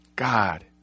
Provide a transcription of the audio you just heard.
God